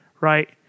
right